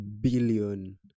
billion